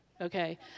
okay